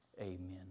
Amen